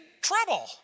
trouble